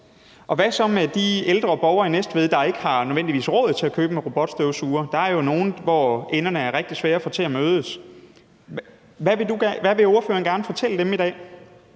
hvad så med de ældre borgere i Næstved, der ikke nødvendigvis har råd til at købe deres egen robotstøvsuger? Der er jo nogle, som har rigtig svært ved at få enderne til at mødes. Hvad vil ordføreren gerne fortælle dem i dag?